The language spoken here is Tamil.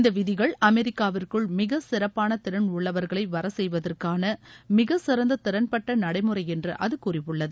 இந்த விதிகள் அமெரிக்காவிற்குள் மிக சிறப்பான திறன் உள்ளவர்களை வரசெய்வதற்கான மிக சிறந்த திறன்பட்ட நடைமுறை என்று அது கூறியுள்ளது